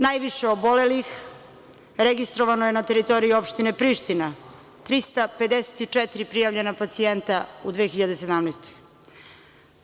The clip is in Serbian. Najviše obolelih registrovano je na teritoriji opštine Priština, 354 prijavljena pacijenta u 2017. godini.